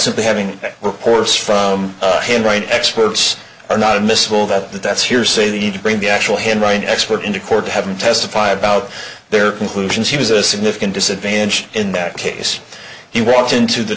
simply having reports from handwriting experts are not admissible that that's hearsay they need to bring the actual handwriting expert into court have them testify about their conclusions he was a significant disadvantage in that case he walked into the